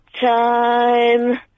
time